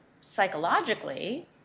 psychologically